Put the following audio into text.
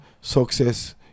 Success